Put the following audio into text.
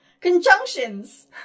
conjunctions